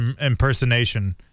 impersonation